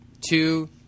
two